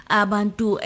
abantu